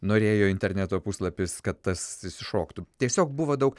norėjo interneto puslapis kad tas išsišoktų tiesiog buvo daug